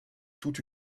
toute